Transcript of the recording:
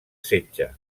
setge